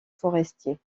forestier